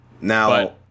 now